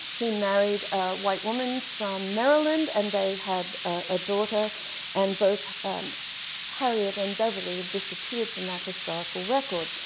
he married a white woman from maryland and they had a daughter and both harriet and beverly have disappeared from that historical record,